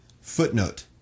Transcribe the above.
footnote